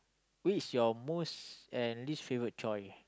what is you most and least favorite chore